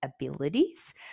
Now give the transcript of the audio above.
abilities